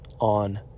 on